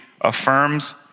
affirms